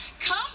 come